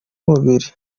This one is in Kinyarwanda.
umubiri